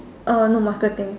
uh no marketing